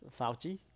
Fauci